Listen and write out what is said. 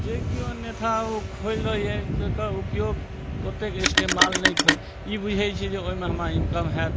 जे केओ अन्यथा ओ खोलि लइए तेकर उपयोग ओतेक इस्तेमाल नहि करय ई बुझय छै जे ओइमे हमरा इनकम हैत